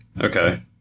Okay